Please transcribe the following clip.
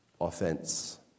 Offense